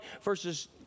verses